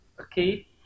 Okay